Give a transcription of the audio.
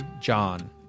John